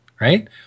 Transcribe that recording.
right